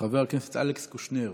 חבר הכנסת אלכס קושניר,